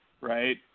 right